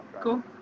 Cool